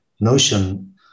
notion